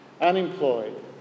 unemployed